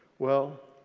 well,